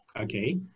okay